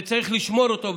וצריך לשמור אותו.